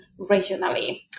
regionally